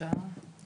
הצבעה לא אושרו.